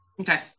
okay